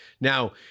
Now